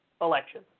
election